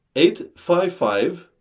eight five five